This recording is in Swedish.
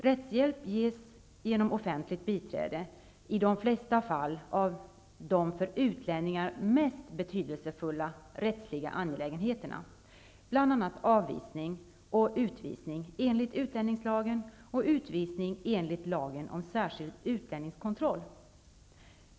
Rättshjälp ges genom offentligt biträde i de flesta av de för utlänningar mest betydelsefulla rättsliga angelägenheterna, bl.a. avvisning och utvisning enligt utlänningslagen och utvisning enligt lagen om särskild utlänningskontroll.